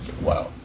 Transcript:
wow